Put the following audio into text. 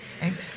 Amen